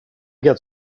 get